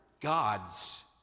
gods